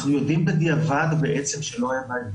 אנחנו יודעים בדיעבד שלא היה בהן צורך,